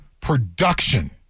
production